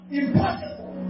impossible